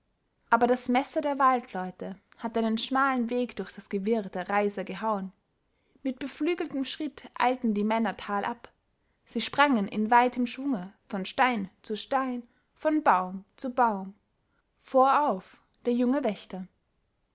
aber das messer der waldleute hatte einen schmalen weg durch das gewirr der reiser gehauen mit beflügeltem schritt eilten die männer talab sie sprangen in weitem schwunge von stein zu stein von baum zu baum vorauf der junge wächter